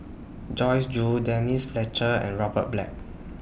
Joyce Jue Denise Fletcher and Robert Black